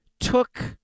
took